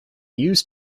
use